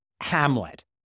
Hamlet